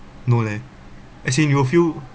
no leh as in you will feel